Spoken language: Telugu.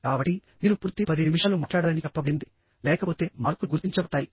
కాబట్టి మీరు పూర్తి 10 నిమిషాలు మాట్లాడాలని చెప్పబడిందిలేకపోతే మార్కులు గుర్తించబడతాయి